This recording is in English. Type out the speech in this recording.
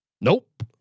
Nope